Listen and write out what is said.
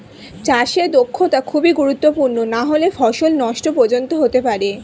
চাষে দক্ষতা খুবই গুরুত্বপূর্ণ নাহলে ফসল নষ্ট পর্যন্ত হতে পারে